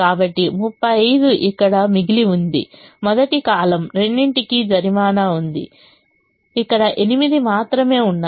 కాబట్టి 35 ఇక్కడ మిగిలి ఉంది మొదటి కాలమ్ రెండింటికి జరిమానా ఉంటుంది ఇక్కడ 8 మాత్రమే ఉన్నాయి